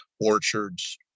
Orchards